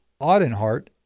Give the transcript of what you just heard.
Audenhart